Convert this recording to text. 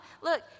Look